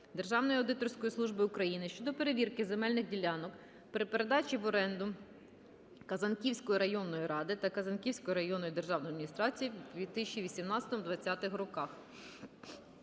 Державної аудиторської служби України щодо перевірки земельних ділянок при передачі в оренду Казанківської районної ради та Казанківської районної державної адміністрації з 2018-2020 рр.